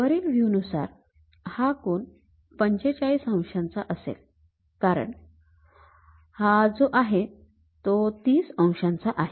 वरील व्ह्यू नुसार हा कोन ४५ अंशांचा असेल कारण हा जो आहे तो ३० अंशांचा आहे